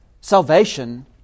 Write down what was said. salvation